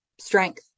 strength